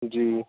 جی